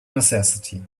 necessity